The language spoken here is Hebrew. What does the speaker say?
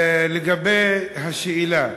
השאלה: